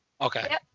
Okay